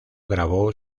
grabó